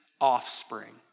offspring